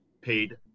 paid